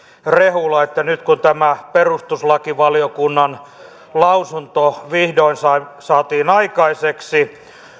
rehula nyt kun tämä perustuslakivaliokunnan lausunto vihdoin saatiin saatiin aikaiseksi